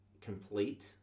complete